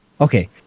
Okay